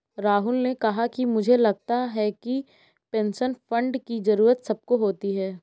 राहुल ने कहा कि मुझे लगता है कि पेंशन फण्ड की जरूरत सबको होती है